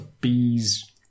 bees